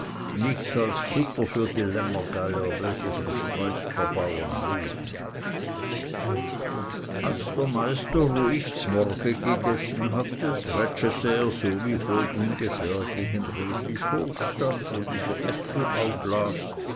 nichts als futter für die lämmergeier welche vom streit der bauren leben als der meister ruhig zmorgen gegessen hatte trätschete er so wie von ungefähr gegen reslis hofstatt wo dieser äpfel auflas